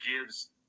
gives